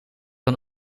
een